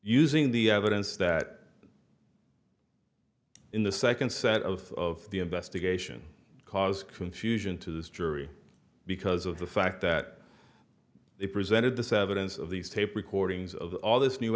using the evidence that in the second set of the investigation caused confusion to this jury because of the fact that they presented this evidence of these tape recordings of all this new